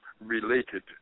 related